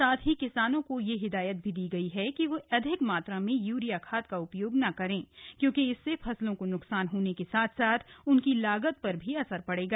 साथ ही किसानों को यह हिदायत भी दी गई है कि वह अधिक मात्रा में यूरिया खाद का उपयोग ना करें क्योंकि इससे फसलों को न्कसान होने के साथ साथ उनकी लागत पर भी असर पड़ेगा